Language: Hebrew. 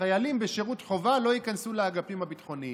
חיילים בשירות חובה לא ייכנסו לאגפים הביטחוניים.